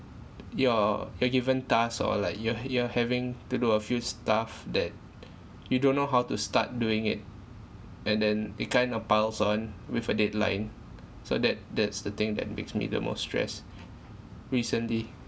you're you're given task or like are you're h~ you're having to do a few stuff that you don't know how to start doing it and then it kind of piles on with a deadline so that that's the thing that makes me the most stress recently